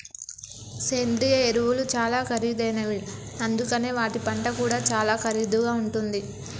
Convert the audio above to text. సేంద్రియ ఎరువులు చాలా ఖరీదైనవి అందుకనే వాటి పంట కూడా చాలా ఖరీదుగా ఉంటుంది